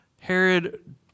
Herod